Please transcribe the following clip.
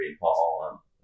Paul